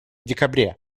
декабре